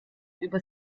über